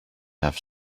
have